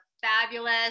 fabulous